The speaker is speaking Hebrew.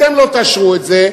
אתם לא תאשרו את זה,